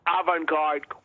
avant-garde